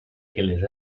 gilydd